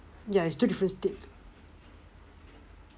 ya it's two different states